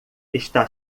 está